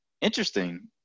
interesting